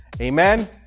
Amen